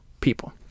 people